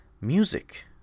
music